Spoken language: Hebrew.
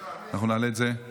הכנסת.